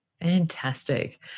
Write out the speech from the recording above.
Fantastic